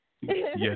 Yes